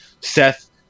Seth